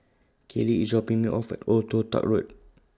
Kalie IS dropping Me off At Old Toh Tuck Road